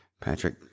Patrick